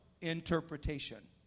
interpretation